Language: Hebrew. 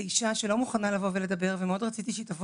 לאשה שלא מוכנה לבוא ולדבר ואני מאוד רציתי שהיא תבוא